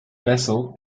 vessel